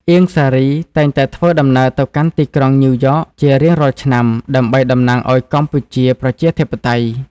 អៀង សារី តែងតែធ្វើដំណើរទៅកាន់ទីក្រុងញូវយ៉កជារៀងរាល់ឆ្នាំ ដើម្បីតំណាងឱ្យកម្ពុជាប្រជាធិបតេយ្យ។